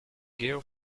gale